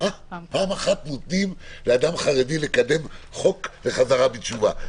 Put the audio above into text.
פעם אחת נותנים לאדם חרדי לקדם חוק לחזרה בתשובה.